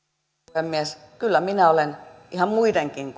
puhemies kyllä minä olen ihan muidenkin